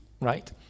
right